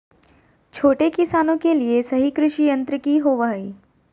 छोटे किसानों के लिए सही कृषि यंत्र कि होवय हैय?